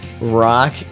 Rock